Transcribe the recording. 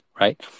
right